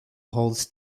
holds